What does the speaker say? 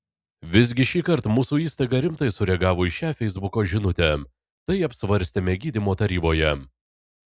visgi šįkart mūsų įstaiga rimtai sureagavo į šią feisbuko žinutę tai apsvarstėme gydymo taryboje